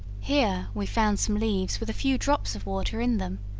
here we found some leaves with a few drops of water in them,